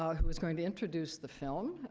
ah who is going to introduce the film.